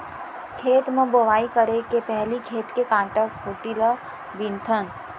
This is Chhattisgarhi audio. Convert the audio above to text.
खेत म बोंवई करे के पहिली खेत के कांटा खूंटी ल बिनथन